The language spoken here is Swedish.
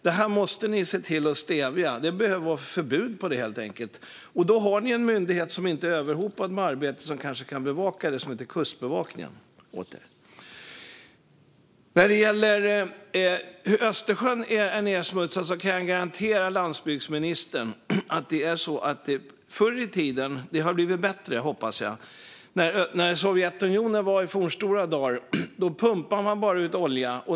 Det måste ni se till att stävja med förbud, och det finns en myndighet som inte är överhopad med arbete som kan bevaka frågan, nämligen Kustbevakningen. Sedan var det frågan om den nedsmutsade Östersjön. Det har förhoppningsvis blivit bättre, landsbygdsministern, men förr i tiden under Sovjetunionens fornstora dagar pumpade man ut olja.